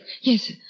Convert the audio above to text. Yes